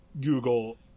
Google